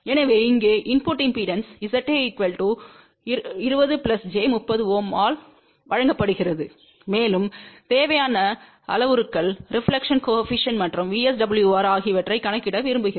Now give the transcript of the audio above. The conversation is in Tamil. எனவே இங்கே இன்புட் இம்பெடன்ஸ் ZA 20 j 30Ωஆல் வழங்கப்படுகிறது மேலும் தேவையான அளவுருக்கள் ரெபிலெக்ஷன் கோஏபிசிஎன்ட் மற்றும் VSWR ஆகியவற்றைக் கணக்கிட விரும்புகிறோம்